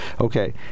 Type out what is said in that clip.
okay